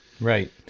Right